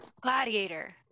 Gladiator